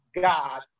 God